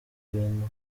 ibintu